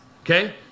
okay